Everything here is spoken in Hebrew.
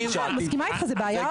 אני מסכימה איתך, זו בעיה.